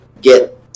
get